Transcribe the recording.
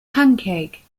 pancake